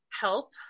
help